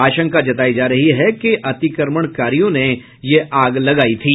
आशंका जतायी जा रही है कि अतिक्रमणकारियों ने आग लगाई थी